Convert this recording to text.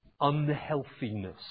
unhealthiness